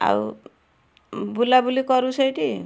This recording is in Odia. ଆଉ ବୁଲାବୁଲି କରୁ ସେଇଠି